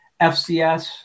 FCS